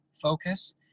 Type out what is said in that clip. focus